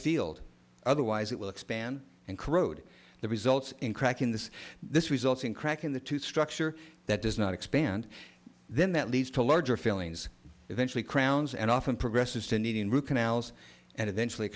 field otherwise it will expand and corrode the results in cracking this this results in cracking the two structure that does not expand then that leads to larger fillings eventually crowns and often progresses to needing root canals and eventually